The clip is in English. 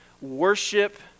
Worship